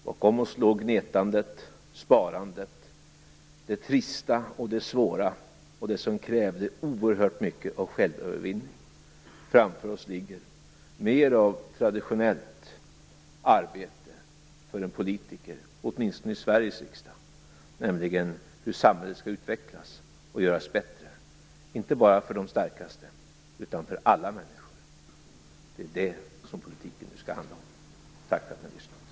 Bakom oss låg gnetandet, sparandet, det trista, det svåra och det som krävde oerhört mycket självövervinnelse. Framför oss ligger mer av traditionellt arbete för en politiker, åtminstone i Sveriges riksdag, nämligen hur samhället skall utvecklas och göras bättre - inte bara för de starkaste utan för alla människor. Det är det som politiken nu skall handla om. Tack för att ni har lyssnat.